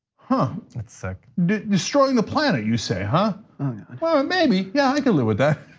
but and that's sick. destroying the planet, you say? and well, maybe, yeah, i could live with that.